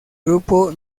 grupo